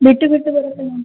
ಬಿಟ್ಟು ಬಿಟ್ಟು ಬರುತ್ತೆ ಮ್ಯಾಮ್